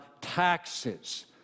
taxes